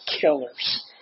killers